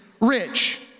rich